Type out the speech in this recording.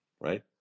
right